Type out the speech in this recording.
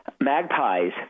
magpies